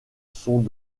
sont